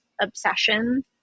obsession